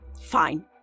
fine